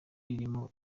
ririmo